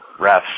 refs